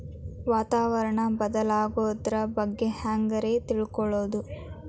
ವಾತಾವರಣ ಬದಲಾಗೊದ್ರ ಬಗ್ಗೆ ಹ್ಯಾಂಗ್ ರೇ ತಿಳ್ಕೊಳೋದು?